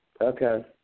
Okay